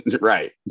Right